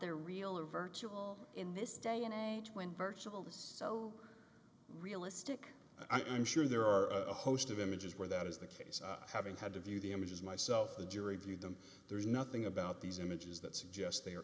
they're real or virtual in this day and age when virtual is so realistic i'm sure there are a host of images where that is the case i haven't had to view the images myself the jury viewed them there's nothing about these images that suggest they